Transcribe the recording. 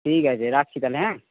ঠিক আছে রাখছি তাহলে হ্যাঁ